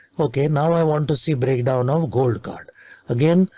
ok now i want to see breakdown of gold card again.